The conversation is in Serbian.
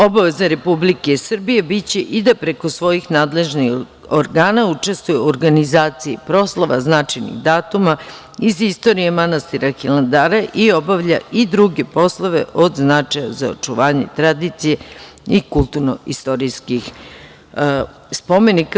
Obaveza Republike Srbije biće i da preko svojih nadležnih organa učestvuje u organizaciji proslava, značajnih datuma iz istorije manastira Hilandara i obavlja i druge poslove od značaja za očuvanje tradicije i kulturno istorijskih spomenika.